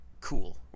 Cool